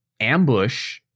ambush